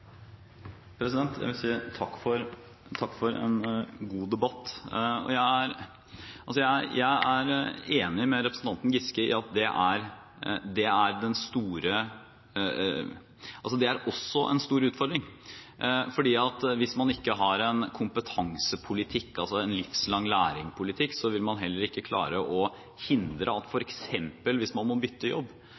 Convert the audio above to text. Norge. Jeg vil si takk for en god debatt. Jeg er enig med representanten Giske i at det også er en stor utfordring. Hvis man ikke har en kompetansepolitikk – en livslang-læring-politikk – vil man heller ikke klare å hindre at man faller utenfor hvis man f.eks. må bytte jobb